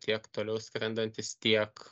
tiek toliau skrendantys tiek